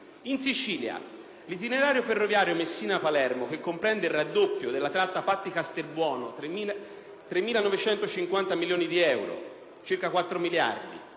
In Sicilia l'itinerario ferroviario Messina-Palermo, che comprende il raddoppio della tratta Patti-Castelbuono: 3.950 milioni di euro (circa 4 miliardi),